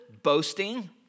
boasting